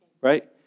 right